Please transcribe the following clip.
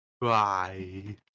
Bye